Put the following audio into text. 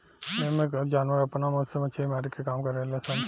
एइमें जानवर आपना मुंह से मछली मारे के काम करेल सन